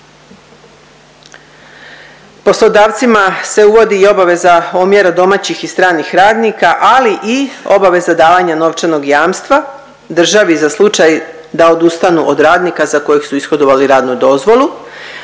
Poslodavcima se uvodi i obaveza omjera domaćih i stranih radnika, ali i obaveza davanja novčanog jamstva državi za slučaj da odustanu od radnika za kojeg su ishodovali radnu dozvolu